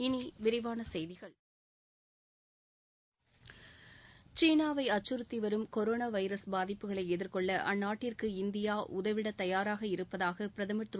இனி விரிவான செய்திகள் சீனாவை அச்சுறத்தி வரும் கொரோனா வைரஸ் பாதிப்புகளை எதிர்கொள்ள அந்நாட்டிற்கு இந்தியா உதவிட தயாராக இருப்பதாக பிரதமர் திரு